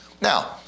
Now